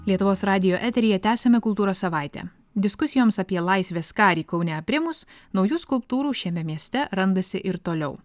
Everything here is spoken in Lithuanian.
lietuvos radijo eteryje tęsiame kultūros savaitę diskusijoms apie laisvės karį kaune aprimus naujų skulptūrų šiame mieste randasi ir toliau